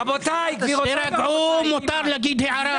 רבותיי --- מותר להגיד הערה.